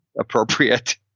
appropriate